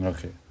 Okay